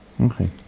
Okay